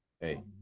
Hey